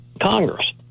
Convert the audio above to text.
Congress